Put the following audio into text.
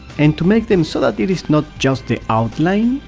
and to make them so that it is not just the outline,